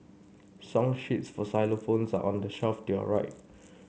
song sheets for xylophones on the shelf to your right